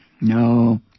No